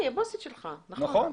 אה, היא הבוסית שלך, נכון.